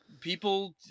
people